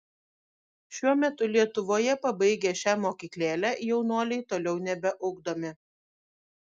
šiuo metu lietuvoje pabaigę šią mokyklėlę jaunuoliai toliau nebeugdomi